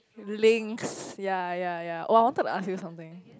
links ya ya ya oh I wanted to ask you something